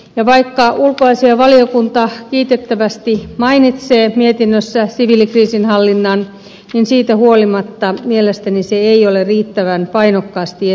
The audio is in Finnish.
ja vaikka ulkoasiainvaliokunta kiitettävästi mainitsee mietinnössään siviilikriisinhallinnan niin siitä huolimatta mielestäni se ei ole riittävän painokkaasti esillä